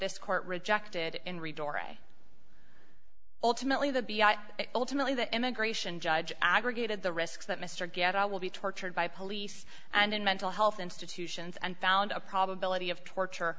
this court rejected in re dor ultimately the be i ultimately the immigration judge aggregated the risks that mr get i will be tortured by police and in mental health institutions and found a probability of torture